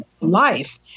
life